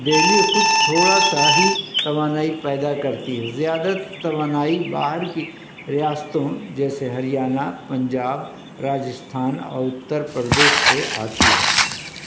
دہلی خود تھوڑا سا ہی توانائی پیدا کرتی ہے زیادہ تر توانائی باہر کی ریاستوں جیسے ہریانہ پنجاب راجستھان اور اتر پردیش سے آتی ہے